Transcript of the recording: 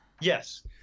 Yes